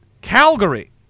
Calgary